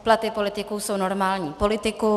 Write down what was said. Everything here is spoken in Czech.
Platy politiků jsou normální politikum.